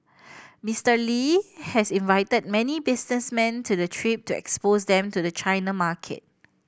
Mister Lee has invited many businessmen to the trip to expose them to the China market